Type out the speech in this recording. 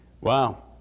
Wow